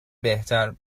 بهتر